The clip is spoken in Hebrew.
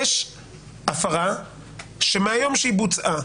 יש הפרה שמהיום שהיא בוצעה,